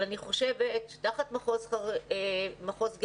אני חושבת שתחת מחוז גיאוגרפי,